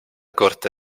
corte